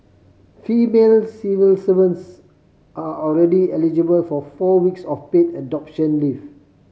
female civil servants are already eligible for four weeks of paid adoption leave